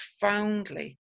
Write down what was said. profoundly